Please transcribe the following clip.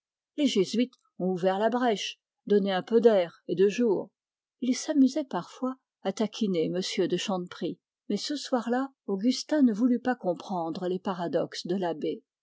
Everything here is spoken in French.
les jésuites ont ouvert la brèche donné un peu d'air et de jour il s'amusait parfois à taquiner m de chanteprie mais ce soir-là augustin ne voulut pas comprendre les paradoxes de l'abbé